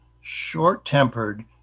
short-tempered